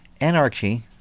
Anarchy